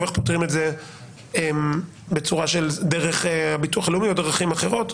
איך פותרים את זה דרך הביטוח הלאומי או בדרכים אחרות.